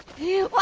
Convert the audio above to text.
you